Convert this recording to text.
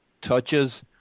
touches